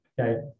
Okay